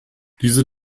diese